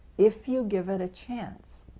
if you give it a chance.